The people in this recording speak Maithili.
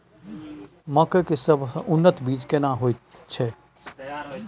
मकई के सबसे उन्नत बीज केना होयत छै?